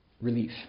Relief